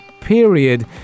period